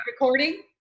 recording